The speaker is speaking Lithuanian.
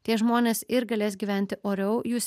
tie žmonės ir galės gyventi oriau jūs